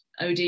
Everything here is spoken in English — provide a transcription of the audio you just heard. OD